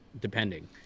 depending